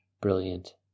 brilliant